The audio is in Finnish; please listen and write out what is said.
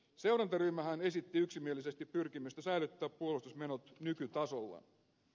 seurantaryhmähän esitti yksimielisesti pyrkimystä säilyttää puolustusmenot nykytasollaan